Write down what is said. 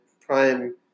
prime